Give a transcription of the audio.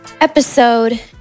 episode